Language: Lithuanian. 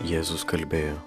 jėzus kalbėjo